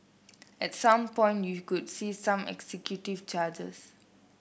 at some point you could see some executive charges